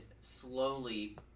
slowly